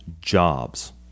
jobs